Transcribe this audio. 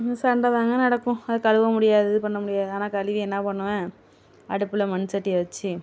சண்டை தாங்க நடக்கும் அது கழுவ முடியாது பண்ண முடியாது ஆனால் கழுவி என்ன பண்ணுவேன் அடுப்பில் மண் சட்டியை வச்சு